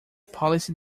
policy